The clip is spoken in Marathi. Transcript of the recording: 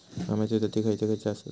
अम्याचे जाती खयचे खयचे आसत?